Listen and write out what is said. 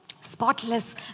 Spotless